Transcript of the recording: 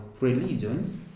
religions